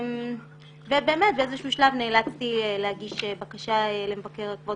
באיזשהו שלב נאלצתי להגיש בקשה לכבוד